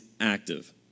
active